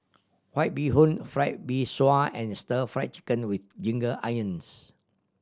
White Bee Hoon Fried Mee Sua and Stir Fry Chicken with ginger onions